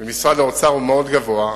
במשרד האוצר מאוד גבוה.